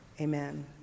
amen